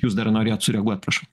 jūs dar norėjot sureaguot prašau